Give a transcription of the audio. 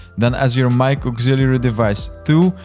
then as your mic auxiliary device two,